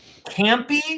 campy